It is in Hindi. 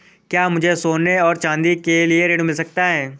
क्या मुझे सोने और चाँदी के लिए ऋण मिल सकता है?